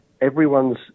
Everyone's